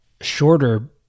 shorter